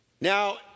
Now